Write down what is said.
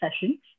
sessions